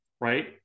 right